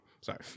Sorry